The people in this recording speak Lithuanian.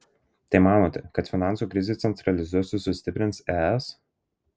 tai manote kad finansų krizė centralizuos ir sustiprins es